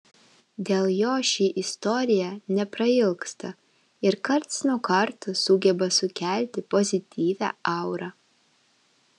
dėl jo ši istorija neprailgsta ir karts nuo karto sugeba sukelti pozityvią aurą